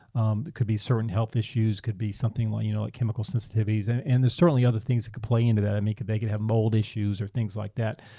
um it could be certain health issues, it could be something like you know like chemical sensitivities, and and there's certainly other things that could play into that. and they could they could have mold issues or things like that,